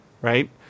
right